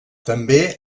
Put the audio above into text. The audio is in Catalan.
també